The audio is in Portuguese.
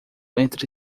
entre